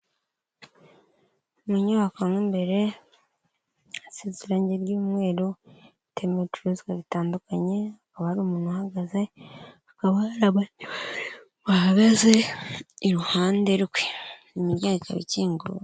Mu nyubako mo imbere isize irangi ry'umweru, hakaba Harimo ibicuruzwa bitandukanye, hakaba hari umuntu uhagaze, hakaba hari abandi bantu bahagaze iruhande rwe. Imiryango ikaba ikinguye.